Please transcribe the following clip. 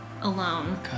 alone